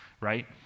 right